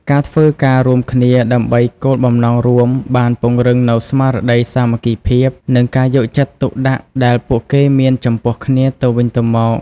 ការធ្វើការរួមគ្នាដើម្បីគោលបំណងរួមបានពង្រឹងនូវស្មារតីសាមគ្គីភាពនិងការយកចិត្តទុកដាក់ដែលពួកគេមានចំពោះគ្នាទៅវិញទៅមក។